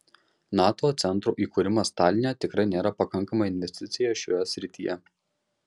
nato centro įkūrimas taline tikrai nėra pakankama investicija šioje srityje